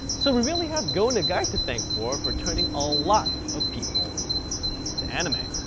so we really have go nagai to thank for for turning a lot of people to anime.